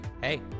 hey